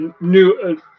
new